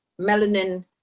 melanin